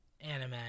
anime